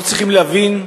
אנחנו צריכים להבין,